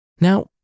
Now